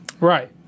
right